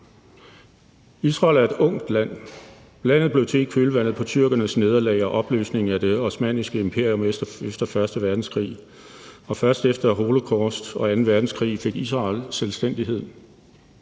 Israel er et ungt land. Landet blev til i kølvandet på tyrkernes nederlag og opløsningen af det osmanniske imperium efter første verdenskrig, og først efter holocaust og anden verdenskrig fik Israel selvstændighed.